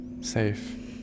safe